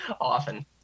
often